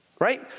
Right